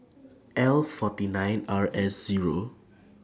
L forty nine R S Zero